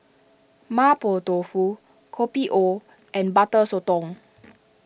Mapo Tofu Kopi O and Butter Sotong